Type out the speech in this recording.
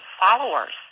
followers